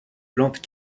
plantes